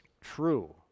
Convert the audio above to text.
true